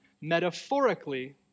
Metaphorically